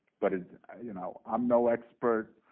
but ah you know i'm no expert.